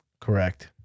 Correct